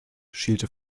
schielte